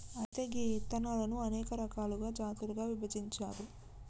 అయితే గీ ఇత్తనాలను అనేక రకాలుగా జాతులుగా విభజించారు